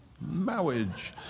Marriage